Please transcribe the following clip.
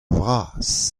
vras